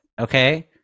okay